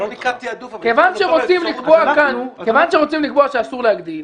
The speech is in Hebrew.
זה לא נקרא תעדוף --- כיוון שהם רוצים לקבוע כאן שאסור להגדיל,